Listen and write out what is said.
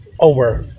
over